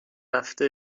رفته